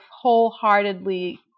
wholeheartedly